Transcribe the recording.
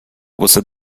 você